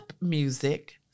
music